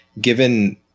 given